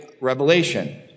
revelation